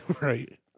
Right